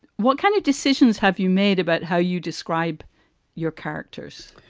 what kind of decisions have you made about how you describe your characters?